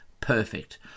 Perfect